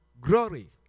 glory